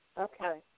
Okay